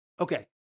Okay